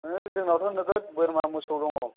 होद जोंनाथ' नोगोद बोरमा मोसौ दङ